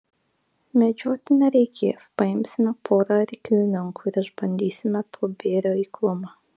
medžioti nereikės paimsime porą arklininkų ir išbandysime to bėrio eiklumą